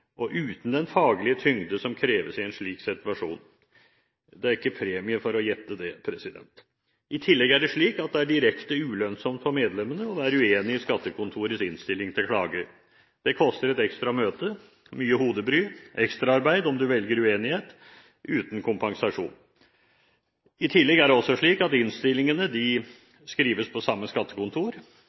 og uten den faglige tyngde som kreves i en slik situasjon? Det er ingen premie for å gjette det. I tillegg er det slik at det er direkte ulønnsomt for medlemmene å være uenig i skattekontorets innstilling til klager. Det koster et ekstra møte, mye hodebry og ekstraarbeid om du velger uenighet – uten kompensasjon. I tillegg er det slik at innstillingene skrives på samme skattekontor,